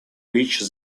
which